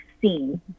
seen